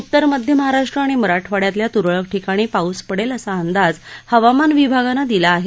उतर मध्य महाराष्ट्र आणि मराठवाड्यातल्या त्रळक ठिकाणी पाऊस पडेल असा अंदाज हवामान विभागानं दिला आहे